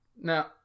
Now